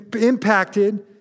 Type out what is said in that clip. impacted